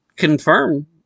confirm